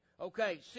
Okay